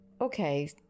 okay